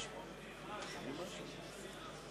היושב-ראש,